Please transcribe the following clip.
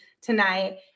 tonight